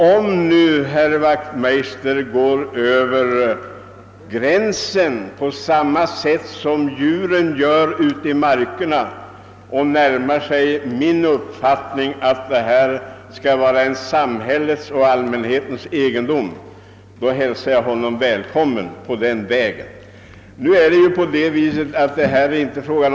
Om nu herr Wachtmeister överskrider sina gränser — på samma sätt som djuren gör ute i markerna — och närmar sig min uppfattning om att jaktmarkerna bör vara en samhällets och allmänhetens egendom, så hälsar jag honom välkommen på den vägen. Det är ju i det här fallet inte fråga om någon konkurrenssituation.